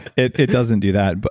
it it doesn't do that.